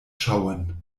schauen